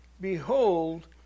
behold